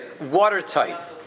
watertight